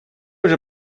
уже